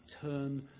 turn